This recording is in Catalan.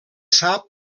sap